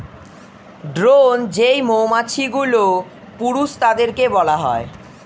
drone যেই মৌমাছিগুলো, পুরুষ তাদেরকে বলা হয়